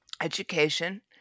education